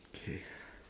okay